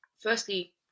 firstly